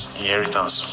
inheritance